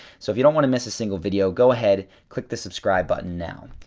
so if you don't want to miss a single video, go ahead, click the subscribe button now.